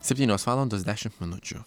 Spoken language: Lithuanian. septynios valandos dešimt minučių